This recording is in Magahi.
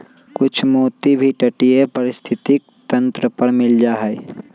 कुछ मोती भी तटीय पारिस्थितिक तंत्र पर मिल जा हई